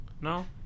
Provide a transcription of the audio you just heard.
No